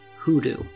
hoodoo